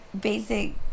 basic